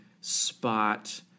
spot